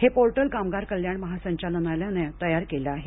हे पोर्टल कामगार कल्याण महासंचालनालयानं तयार केलं आहे